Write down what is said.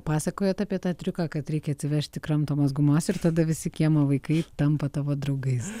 pasakoja apie tą triuką kad reikia atsivežti kramtomos gumos ir tada visi kiemo vaikai tampa tavo draugais